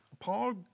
Paul